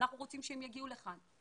אנחנו רוצים שהם יגיעו לכאן.